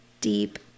deep